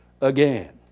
again